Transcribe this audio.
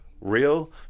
real